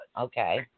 okay